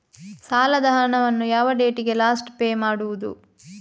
ಸಾಲದ ಹಣವನ್ನು ಯಾವ ಡೇಟಿಗೆ ಲಾಸ್ಟ್ ಪೇ ಮಾಡುವುದು?